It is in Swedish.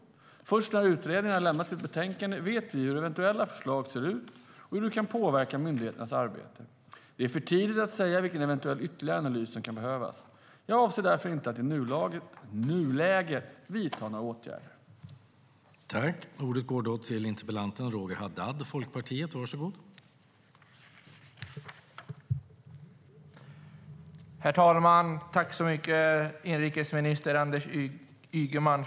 Först när utredningen har lämnat sitt betänkande vet vi hur eventuella förslag ser ut och hur de kan påverka myndigheternas arbete. Det är för tidigt att säga vilken eventuell ytterligare analys som kan behövas. Jag avser därför inte att i nuläget vidta några åtgärder.